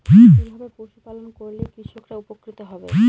কিভাবে পশু পালন করলেই কৃষকরা উপকৃত হবে?